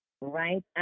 right